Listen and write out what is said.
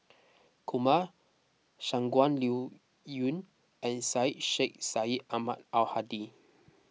Kumar Shangguan Liuyun and Syed Sheikh Syed Ahmad Al Hadi